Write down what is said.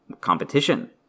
competition